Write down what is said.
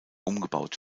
umgebaut